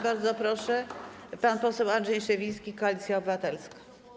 Bardzo proszę, pan poseł Andrzej Szewiński, Koalicja Obywatelska.